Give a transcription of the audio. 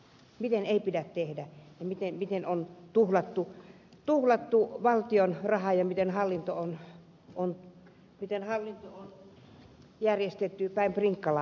miten ei pidä tehdä ja miten on tuhlattu valtion rahaa ja miten hallinto on järjestetty päin prinkkalaa